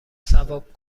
ثواب